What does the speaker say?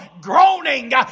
groaning